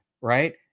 Right